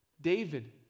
David